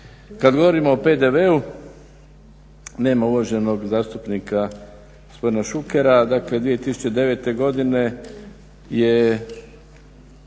Kad govorimo o PDV-u nema uvaženog zastupnika gospodina Šukera. Dakle, 2009. godine je